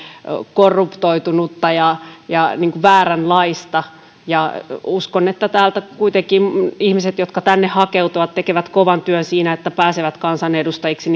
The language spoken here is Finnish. korruptoitunutta ja ja vääränlaista ja uskon että kuitenkin ihmiset jotka tänne hakeutuvat tekevät kovan työn siinä että pääsevät kansanedustajiksi